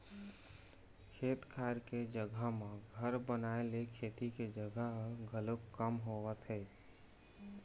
खेत खार के जघा म घर बनाए ले खेती के जघा ह घलोक कम होवत हे